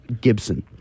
Gibson